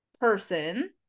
person